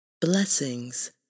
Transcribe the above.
Blessings